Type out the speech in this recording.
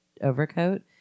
overcoat